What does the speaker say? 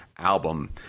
album